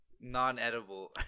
non-edible